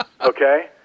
Okay